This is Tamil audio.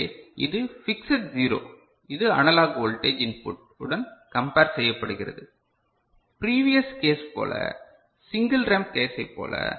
எனவே இது பிக்ஸட் ஜீரோ இது அனலாக் வோல்டேஜ் இன்புட் உடன் கம்பர் செய்யப்படுகிறது பிரிவியஸ் கேஸ் போல சிங்கள் ரேம்ப் கேசை போல